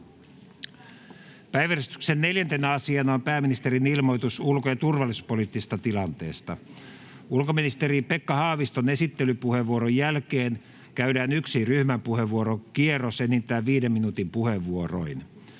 Päiväjärjestyksen 4. asiana on pääministerin ilmoitus ulko- ja turvallisuuspoliittisesta tilanteesta. Ulkoministeri Pekka Haaviston esittelypuheenvuoron jälkeen käydään yksi ryhmäpuheenvuorokierros enintään 5 minuutin puheenvuoroin.